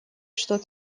что